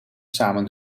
samen